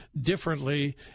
differently